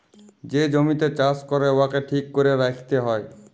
যে জমিতে চাষ ক্যরে উয়াকে ঠিক ক্যরে রাইখতে হ্যয়